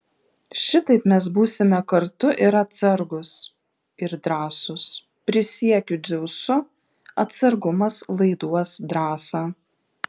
šitaip mes būsime kartu ir atsargūs ir drąsūs prisiekiu dzeusu atsargumas laiduos drąsą